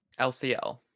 LCL